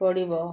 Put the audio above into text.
ପଡ଼ିବ